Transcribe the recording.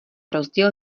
rozdíl